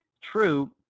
true